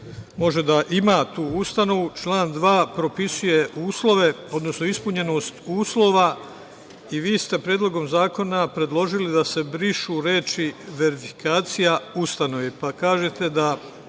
može da ima tu ustanovu. Član 2. propisuje uslove, odnosno ispunjenost uslova. Vi ste Predlogom zakona predložili da se brišu reči: „verifikacija ustanove“. Pa, kažete da